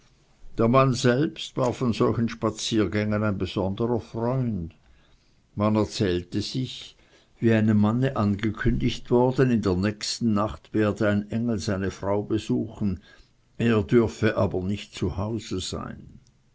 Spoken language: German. der mann selbst war von solchen spaziergängen ein besonderer freund man erzählt sich wie einem manne angekündigt worden in der nächsten nacht werde ein engel seine frau besuchen er dürft aber nicht zu hause sein